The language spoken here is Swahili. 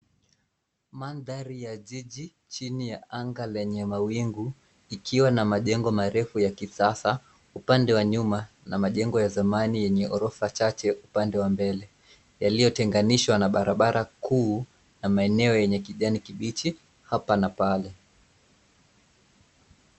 Mandhari ya jiji chini ya anga lenye mawingu ikiwa na majengo marefu ya kisasa upande wa nyuma na majengo ya zamani yenye ghorofa chache upande wa mbele yalitoteganishwa na barabara kuu na maeneo yenye kijani kibichi hapa na pale.